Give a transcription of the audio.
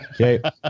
Okay